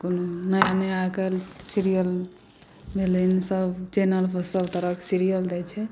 कोनो नया नया आइकाल्हि सीरियल भेलनि सभ चैनलपर सभ तरहक सीरियल दैत छै